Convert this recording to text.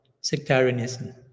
sectarianism